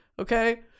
okay